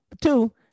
Two